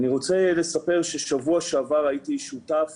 אני רוצה לספר שבשבוע שעבר הייתי שותף